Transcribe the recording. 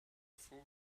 full